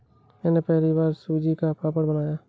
मैंने पहली बार सूजी का पापड़ बनाया